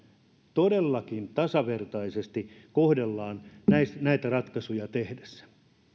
todellakin tasavertaisesti kohdellaan näitä näitä ratkaisuja tehtäessä